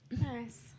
Nice